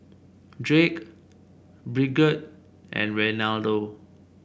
Drake Bridgett and Reinaldo